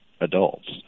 adults